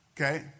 Okay